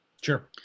Sure